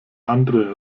andere